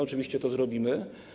Oczywiście to zrobimy.